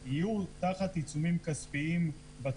יהיו תחת עיצומים כספיים בצו.